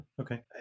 Okay